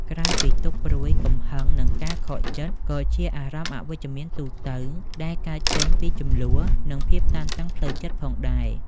ក្រៅពីទុក្ខព្រួយ កំហឹង និងការខកចិត្ត ក៏ជាអារម្មណ៍អវិជ្ជមានទូទៅដែលកើតចេញពីជម្លោះ និងភាពតានតឹងផ្លូវចិត្តផងដែរ។